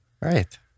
Right